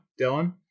Dylan